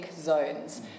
zones